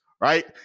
right